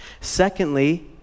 Secondly